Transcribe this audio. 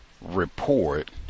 report